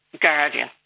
guardian